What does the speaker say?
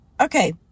okay